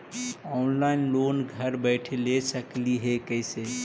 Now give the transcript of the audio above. Online loan घर बैठे ले सकली हे, कैसे?